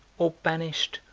or banished,